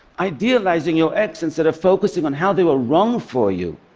idealizing your ex instead of focusing on how they were wrong for you,